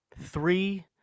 three